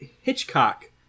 Hitchcock